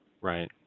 Right